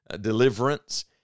deliverance